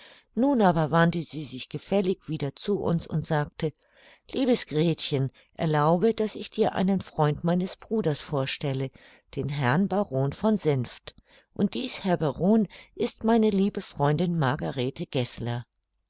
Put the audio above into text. nun aber wandte sie sich gefällig wieder zu uns und sagte liebes gretchen erlaube daß ich dir einen freund meines bruders vorstelle den herrn baron von senft und dies herr baron ist meine liebe freundin margarethe geßler